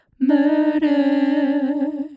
murder